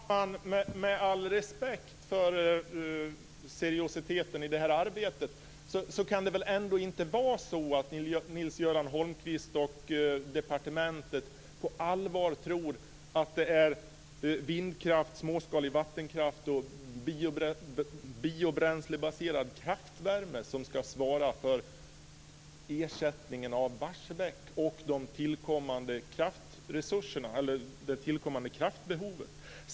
Fru talman! Med all respekt för det seriösa i det här arbetet kan det väl ändå inte vara så att Nils Göran Holmqvist och departementet på allvar tror att vindkraft, småskalig vattenkraft och biobränslebaserad kraftvärme ska svara för ersättningen av Barsebäck och dessutom täcka det tillkommande kraftbehovet?